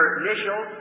initial